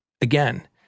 again